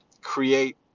create